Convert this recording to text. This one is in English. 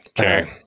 Okay